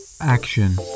Action